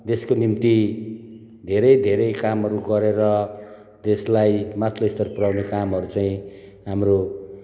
देशको निम्ति धेरै धेरै कामहरू गरेर देशलाई माथिलो स्तर पुराउने कामहरू चाहिँ हाम्रो